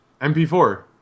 MP4